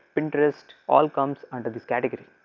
pinterest, all comes under this category.